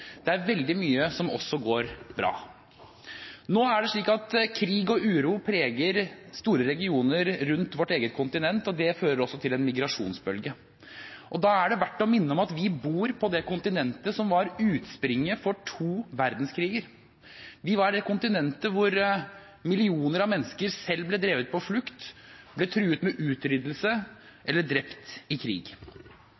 Det er veldig mye som går bra. Krig og uro preger nå store regioner rundt vårt eget kontinent, og det fører til en migrasjonsbølge. Da er det verdt å minne om at vi bor på det kontinentet som var utspringet for to verdenskriger. Vi var det kontinentet hvor millioner av mennesker ble drevet på flukt, ble truet med utryddelse